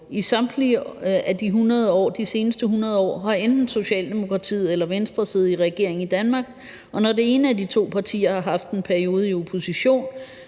I samtlige af de seneste 100 år har enten Socialdemokratiet eller Venstre siddet i regering i Danmark, og når det ene af de to partier har haft en periode i opposition,